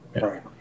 Right